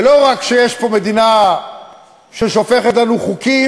כי לא רק שיש פה מדינה ששופכת לנו חוקים,